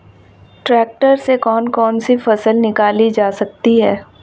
Tractor से कौन कौनसी फसल निकाली जा सकती हैं?